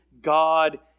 God